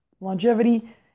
longevity